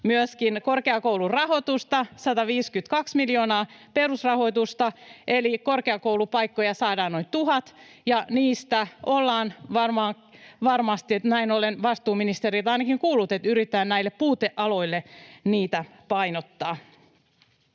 myöskin korkeakoulurahoitusta, 152 miljoonaa perusrahoitusta, eli korkeakoulupaikkoja saadaan noin tuhat, ja niistä ollaan varmasti… Näin olen vastuuministeriltä ainakin kuullut, että yritetään näille puutealoille niitä painottaa.